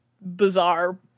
bizarre